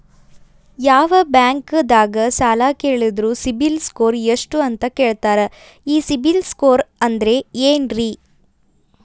ಯಾವ ಬ್ಯಾಂಕ್ ದಾಗ ಸಾಲ ಕೇಳಿದರು ಸಿಬಿಲ್ ಸ್ಕೋರ್ ಎಷ್ಟು ಅಂತ ಕೇಳತಾರ, ಈ ಸಿಬಿಲ್ ಸ್ಕೋರ್ ಅಂದ್ರೆ ಏನ್ರಿ?